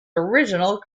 original